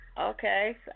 Okay